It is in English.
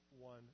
one